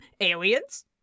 Aliens